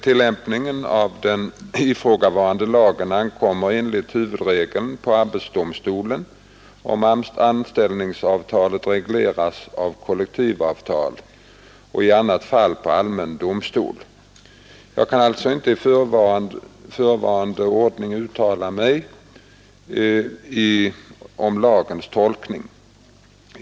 Tillämpningen av den ifrågavarande lagen ankommer enligt huvudregeln på arbetsdomstolen, om anställningsavtalet regleras av kollektivavtal, och i annat fall på allmän domstol. Jag kan alltså inte i förevarande ordning uttala mig om lagens tolkning.